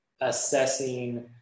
assessing